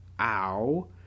Ow